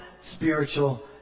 spiritual